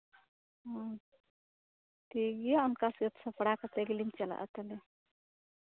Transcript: ᱚ ᱴᱷᱤᱠ ᱜᱮᱭᱟ ᱚᱱᱠᱟ ᱥᱟᱹᱛ ᱥᱟᱯᱲᱟᱣ ᱠᱟᱛᱮᱜ ᱜᱮᱞᱤᱧ ᱪᱟᱞᱟᱜᱼᱟ ᱛᱟᱦᱚᱞᱮ